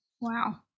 Wow